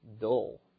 dull